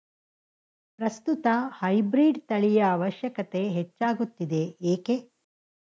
ಪ್ರಸ್ತುತ ಹೈಬ್ರೀಡ್ ತಳಿಯ ಅವಶ್ಯಕತೆ ಹೆಚ್ಚಾಗುತ್ತಿದೆ ಏಕೆ?